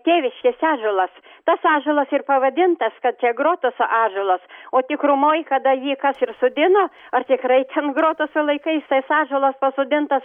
tėviškės ąžuolas tas ąžuolas ir pavadintas kad čia grotoso ąžuolas o tikrumoj kada jį kas ir sodino ar tikrai ten grotoso laikais tas ąžuolas pasodintas